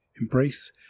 embrace